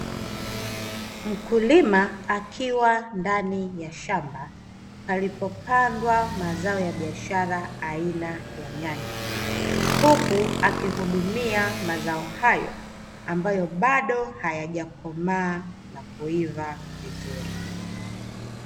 Mkulima akiwa ndani ya shamba palipopandwa mazao ya biashara aina ya nyanya. Huku akihudumia mazo hayo ambayo bado hayajakomaa na kuiva vizuri.